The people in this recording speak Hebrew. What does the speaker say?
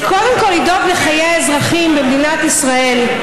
זה קודם כול לדאוג לחיי האזרחים במדינת ישראל,